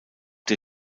der